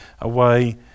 away